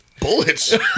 Bullets